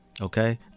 Okay